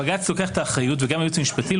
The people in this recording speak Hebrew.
בג"ץ לוקח את האחריות וגם הייעוץ המשפטי.